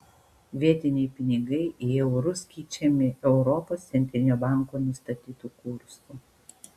vietiniai pinigai į eurus keičiami europos centrinio banko nustatytu kursu